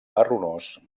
marronós